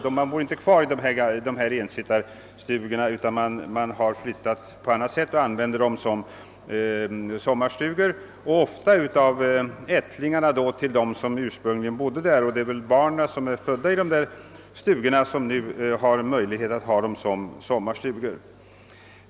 Människor bor alltså inte kvar i ensittarstugorna, utan har flyttat till annat ställe och använder dessa stugor för fritidsbruk. Ofta används stugorna av ättlingarna till dem som bodde där ursprungligen.